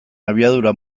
abiadura